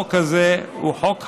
החוק הזה הוא חוק חשוב,